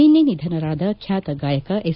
ನಿನ್ನೆ ನಿಧನರಾದ ಖ್ಯಾತ ಗಾಯಕ ಎಸ್